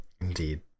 Indeed